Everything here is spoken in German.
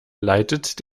leitet